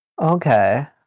Okay